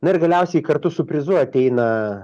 na ir galiausiai kartu su prizu ateina